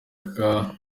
kubaka